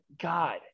God